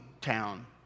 town